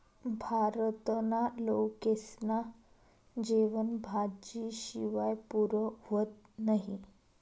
भारतना लोकेस्ना जेवन भाजी शिवाय पुरं व्हतं नही